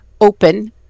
open